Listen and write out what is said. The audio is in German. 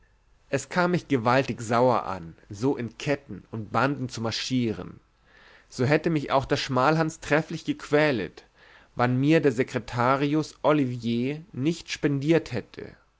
es kam mich gewaltig sauer an so in ketten und banden zu marschieren so hätte mich auch der schmalhans trefflich gequälet wann mir der secretarius olivier nicht spendiert hätte